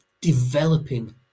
developing